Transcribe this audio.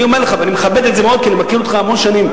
אני מכבד את זה מאוד, כי אני מכיר אותך המון שנים.